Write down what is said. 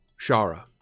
Shara